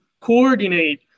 coordinate